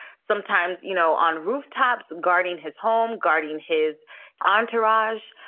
sometimes, you know, on rooftops, guarding his home, guarding his entourage.